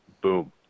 boom